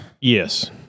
yes